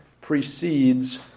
precedes